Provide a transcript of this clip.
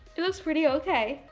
it looks pretty okay,